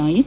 Nayak